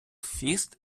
фіст